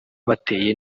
bateye